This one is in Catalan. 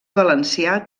valencià